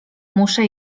muszę